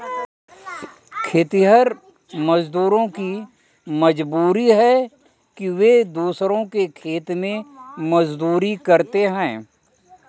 खेतिहर मजदूरों की मजबूरी है कि वे दूसरों के खेत में मजदूरी करते हैं